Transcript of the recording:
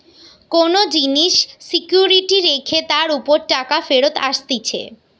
কোন জিনিস সিকিউরিটি রেখে তার উপর টাকা ফেরত আসতিছে